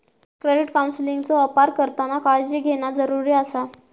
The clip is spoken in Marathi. क्रेडिट काउन्सेलिंगचो अपार करताना काळजी घेणा जरुरी आसा